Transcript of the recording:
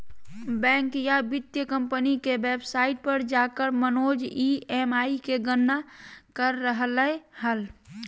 bank या वित्तीय company के वेबसाइट पर जाकर मनोज ई.एम.आई के गणना कर रहलय हल